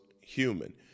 human